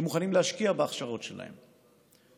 שמוכנים להשקיע בהכשרות שלהם,